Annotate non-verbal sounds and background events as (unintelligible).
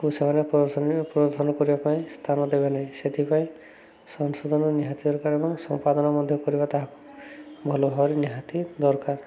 (unintelligible) ସେମାନେ ପ୍ରଦର୍ଶନ କରିବା ପାଇଁ ସ୍ଥାନ ଦେବେ ନାହିଁ ସେଥିପାଇଁ ସଂଶୋଧନ ନିହାତି ଦରକାର ଏବଂ ସମ୍ପାଦନ ମଧ୍ୟ କରିବା ତାହାକୁ ଭଲ ଭାବରେ ନିହାତି ଦରକାର